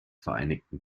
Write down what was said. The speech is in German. vereinigten